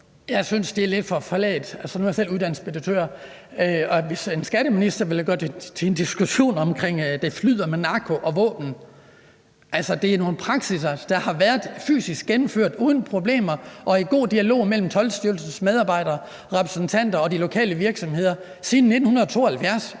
er jeg selv uddannet speditør. Skatteministeren vil gøre det til en diskussion omkring, at det flyder med narko og våben. Altså, det er nogle praksisser, der har været fysisk gennemført uden problemer og i god dialog mellem Toldstyrelsens medarbejdere, repræsentanter og de lokale virksomheder siden 1972,